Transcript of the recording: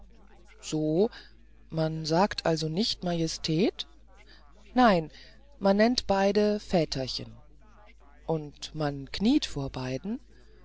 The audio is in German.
so man sagt also nicht majestät nein man nennt beide väterchen und man kniet vor beiden